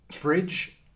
bridge